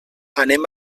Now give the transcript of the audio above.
anem